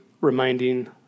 reminding